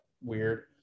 weird